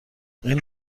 این